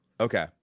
Okay